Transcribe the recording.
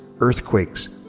earthquakes